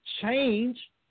change